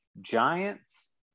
giants